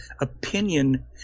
opinion